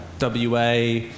wa